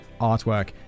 artwork